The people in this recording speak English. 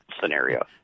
scenario